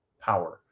power